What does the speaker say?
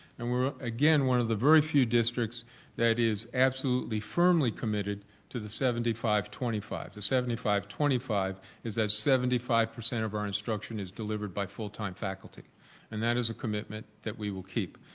and we're, again, one of the very few districts that is absolutely firmly committed to the seventy five twenty five. the seventy five twenty five is that seventy five percent of our instruction is delivered by full time faculty and that is a commitment that we will keep.